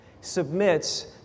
submits